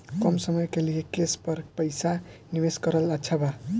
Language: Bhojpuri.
कम समय के लिए केस पर पईसा निवेश करल अच्छा बा?